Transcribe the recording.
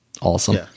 awesome